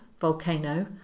volcano